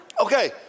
Okay